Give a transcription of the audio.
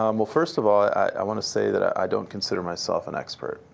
um well, first of all, i want to say that i don't consider myself an expert.